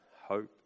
hope